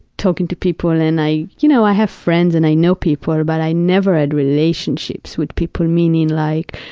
talking to people and i, you know, i have friends and i know people, but i never had relationships with people, meaning like